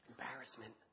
Embarrassment